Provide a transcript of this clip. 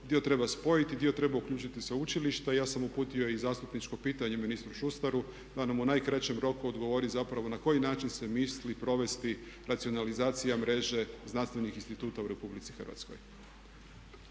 dio treba spojiti, dio treba uključiti i sveučilišta. I ja sam uputio i zastupničko pitanje ministru Šustaru da nam u najkraćem roku odgovori zapravo na koji način se misli provesti racionalizacija mreže znanstvenih instituta u RH? **Reiner,